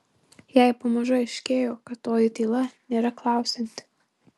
jai pamažu aiškėjo kad toji tyla nėra klausianti